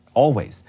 always.